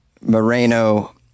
Moreno